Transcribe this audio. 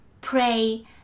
pray